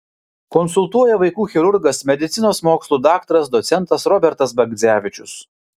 konsultuoja vaikų chirurgas medicinos mokslų daktaras docentas robertas bagdzevičius